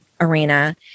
arena